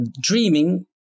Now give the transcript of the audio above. Dreaming